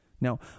Now